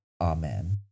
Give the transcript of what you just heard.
amen